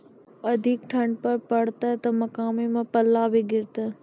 अधिक ठंड पर पड़तैत मकई मां पल्ला भी गिरते?